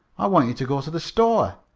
i want you to go to the store.